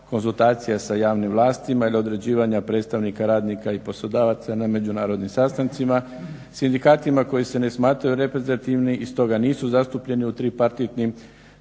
konzultacija sa javnim vlastima ili određivanja predstavnika radnika i poslodavaca na međunarodnim sastancima. Sindikatima koji se ne smatraju reprezentativni i stoga nisu zastupljeni u tripartitnim